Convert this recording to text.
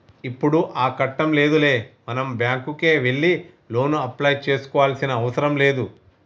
ఇప్పుడు ఆ కట్టం లేదులే మనం బ్యాంకుకే వెళ్లి లోను అప్లై చేసుకోవాల్సిన అవసరం లేదు